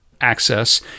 access